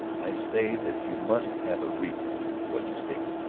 i say that you must have a reason for what you state.